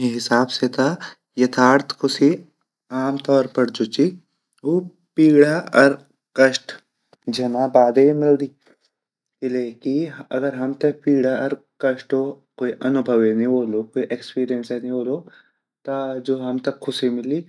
मेरा हिसाब से ता यथार्थख़ुशी आम तोर पर जु ची उ पीड़ा अर कष्ट झेना बाद ही मिलदी किले की अगर हमते पीड़ा अर कष्टों क्वे अनुभव नी वोलु क्वे एक्सपेरिंस ही नी वोलु ता जु हमते ख़ुशी मिली